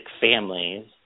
families